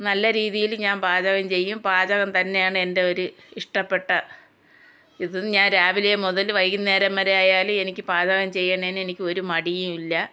നല്ല രീതിയിൽ ഞാൻ പാചകം ചെയ്യും പാചകം തന്നെയാണ് എൻ്റെ ഒരു ഇഷ്ടപ്പെട്ട ഇതും ഞാൻ രാവിലെ മുതൽ വൈകുന്നേരം വരെ ആയാലും എനിക്ക് പാചകം ചെയ്യുന്നതിന് എനിക്ക് ഒരു മടിയും ഇല്ല